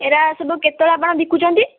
ଏରା ସବୁ କେତେବେଳେ ଆପଣ ବିକୁଛନ୍ତି